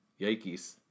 Yikes